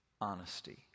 Honesty